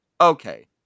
Okay